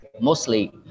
mostly